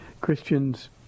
Christians